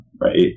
right